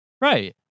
Right